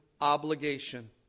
obligation